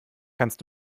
kannst